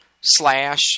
slash